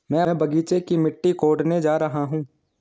मैं बगीचे की मिट्टी कोडने जा रहा हूं